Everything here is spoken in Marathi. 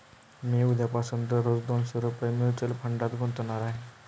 मी उद्यापासून दररोज दोनशे रुपये म्युच्युअल फंडात गुंतवणार आहे